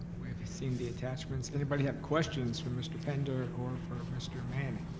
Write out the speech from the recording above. we have seen the attachments. anybody have questions for mr. pender or for mr. manning? i